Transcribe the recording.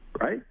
right